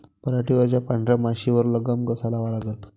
पराटीवरच्या पांढऱ्या माशीवर लगाम कसा लावा लागन?